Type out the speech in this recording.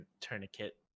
tourniquet